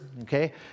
okay